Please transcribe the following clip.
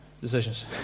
decisions